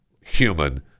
human